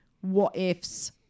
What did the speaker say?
what-ifs